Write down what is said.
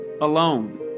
alone